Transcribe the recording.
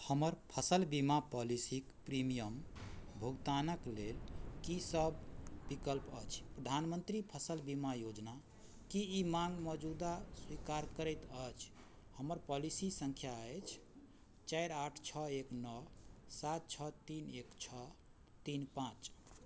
हमर फसिल बीमा पॉलिसीके प्रीमियम भुगतानक लेल कि सब विकल्प अछि प्रधानमन्त्री फसिल बीमा योजना कि ई माँग मौजूदा स्वीकार करैत अछि हमर पॉलिसी सँख्या अछि चारि आठ छओ एक नओ सात छओ तीन एक छओ तीन पाँच